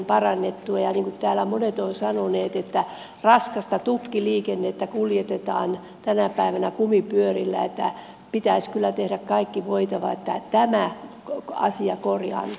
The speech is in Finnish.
niin kuin täällä monet ovat sanoneet raskasta tukkiliikennettä kuljetetaan tänä päivänä kumipyörillä ja pitäisi kyllä tehdä kaikki voitava että tämä asia korjaannutettaisiin